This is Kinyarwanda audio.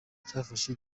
cyafashe